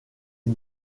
est